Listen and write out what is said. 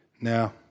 Now